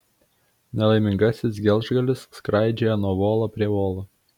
nelaimingasis gelžgalis skraidžioja nuo volo prie volo